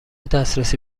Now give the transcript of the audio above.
دسترسی